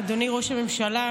אדוני ראש הממשלה,